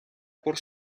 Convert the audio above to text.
por